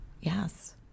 Yes